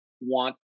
want